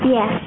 Yes